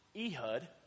Ehud